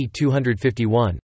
251